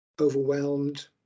overwhelmed